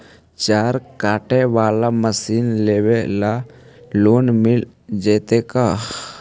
चारा काटे बाला मशीन लेबे ल लोन मिल जितै का?